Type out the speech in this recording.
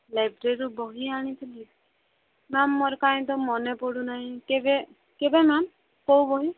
ଲାଇବ୍ରେରୀରୁ ବହି ଆଣିଥିଲି ମ୍ୟାମ୍ ମୋର କାଇଁ ତ ମନେ ପଡ଼ୁନାହିଁ କେବେ କେବେ ମ୍ୟାମ୍ କେଉଁ ବହି